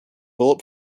bullet